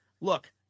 look